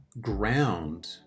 ground